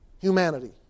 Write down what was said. humanity